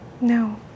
No